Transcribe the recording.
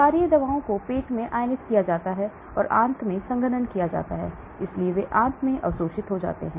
क्षारीय दवाओं को पेट में आयनित किया जाता है और आंत में संघनन किया जाता है इसलिए वे आंत में अवशोषित हो जाते हैं